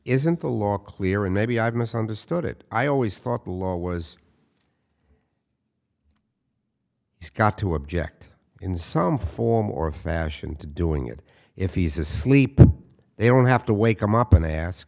isn't the law clear and maybe i misunderstood it i always thought the law was it's got to object in some form or fashion to doing it if he's asleep they don't have to wake him up and ask